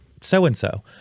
so-and-so